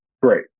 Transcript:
Great